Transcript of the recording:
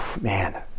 Man